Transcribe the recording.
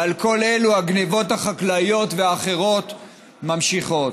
ועל כל אלה הגנבות החקלאיות והאחרות נמשכות.